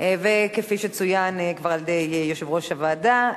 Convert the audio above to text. כפי שצוין כבר על-ידי יושב-ראש הוועדה,